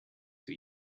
were